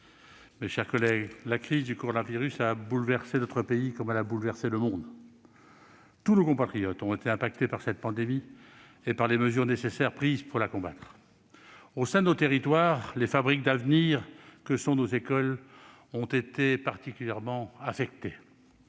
mes chers collègues, la crise du coronavirus a bouleversé notre pays comme elle a bouleversé le monde. Tous nos compatriotes ont été impactés par cette pandémie et par les mesures nécessaires prises pour la combattre. Au sein de nos territoires, les fabriques d'avenir que sont nos écoles ont été particulièrement affectées.